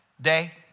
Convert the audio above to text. day